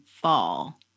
fall